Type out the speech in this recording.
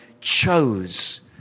chose